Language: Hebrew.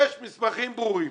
יש מסמכים ברורים